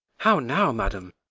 how now, madam!